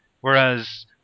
Whereas